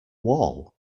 wall